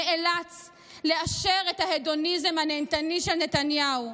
נאלץ לאשר את ההדוניזם הנהנתני של נתניהו.